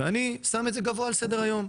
ואני שם את זה גבוה על סדר היום.